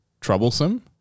troublesome